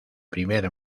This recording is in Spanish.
primer